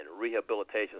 rehabilitation